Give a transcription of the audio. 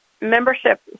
membership